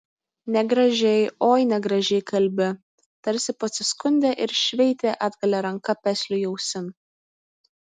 negražiai oi negražiai kalbi tarsi pasiskundė ir šveitė atgalia ranka pesliui ausin